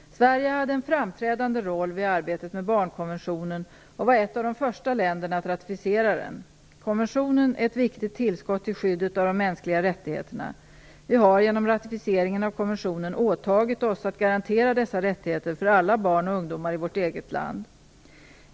Sverige hade en framträdande roll vid arbetet med barnkonventionen och var ett av de första länderna att ratificera den. Konventionen är ett viktigt tillskott till skyddet av de mänskliga rättigheterna. Vi har genom ratificeringen av konventionen åtagit oss att garantera dessa rättigheter för alla barn och ungdomar i vårt eget land.